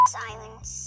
silence